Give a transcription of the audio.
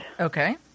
Okay